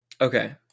okay